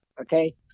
okay